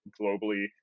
globally